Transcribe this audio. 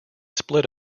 split